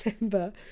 remember